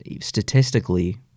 statistically